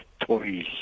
toys